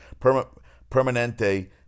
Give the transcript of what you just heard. Permanente